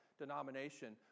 Denomination